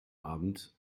abend